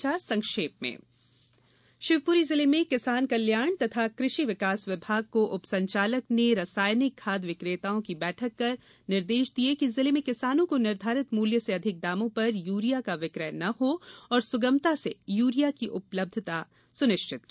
समाचार संक्षेप में शिवपुरी जिले में किसान कल्याण तथा कृषि विकास विभाग के उपसंचालक ने रसायनिक खाद विक्रेताओं की बैठक कर निर्देश दिए कि जिले में किसानों को निर्धारित मूल्य से अधिक दामों पर यूरिया का विक्रय न हो और सुगमता से यूरिया की उपलब्ध सुनिश्होचित हो